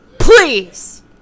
please